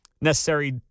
necessary